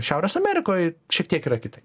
šiaurės amerikoj šiek tiek yra kitaip